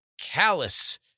callous